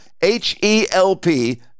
H-E-L-P